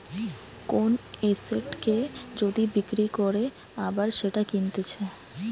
কোন এসেটকে যদি বিক্রি করে আবার সেটা কিনতেছে